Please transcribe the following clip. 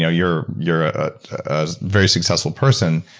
you're you're ah a very successful person.